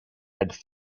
had